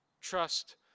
Trust